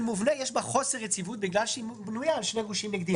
מובנה יש בה חוסר יציבות בגלל שהיא בנויה על שני גושים נגדיים.